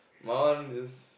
mine one just